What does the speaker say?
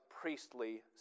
priestly